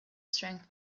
strength